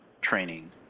training